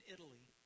Italy